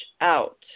out